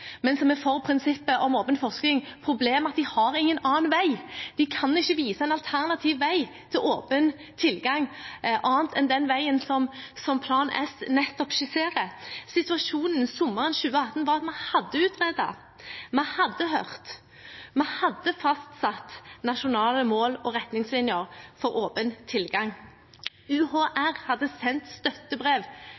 at de har ingen annen vei. De kan ikke vise en alternativ vei til åpen tilgang annet enn den veien som nettopp Plan S skisserer. Situasjonen sommeren 2018 var at vi hadde utredet, vi hadde hørt, vi hadde fastsatt nasjonale mål og retningslinjer for åpen tilgang.